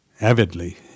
avidly